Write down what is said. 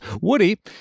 Woody